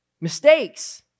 Mistakes